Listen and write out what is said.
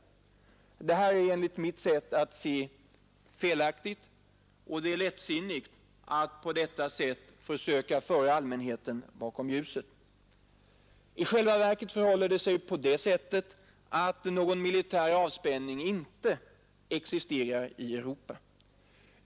Detta är emellertid enligt mitt sätt att se felaktigt, och det är lättsinnigt att på detta sätt försöka föra allmänheten bakom ljuset. I själva verket förhåller det sig så att någon militär avspänning icke existerar i Europa.